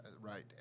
right